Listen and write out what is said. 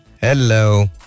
Hello